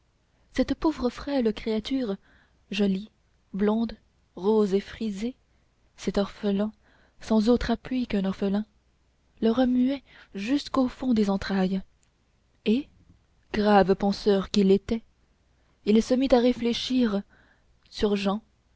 cette pauvre frêle créature jolie blonde rose et frisée cet orphelin sans autre appui qu'un orphelin le remuait jusqu'au fond des entrailles et grave penseur qu'il était il se mit à réfléchir sur jehan